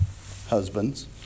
Husbands